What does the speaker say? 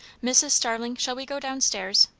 mrs. starling, shall we go down-stairs?